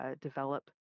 develop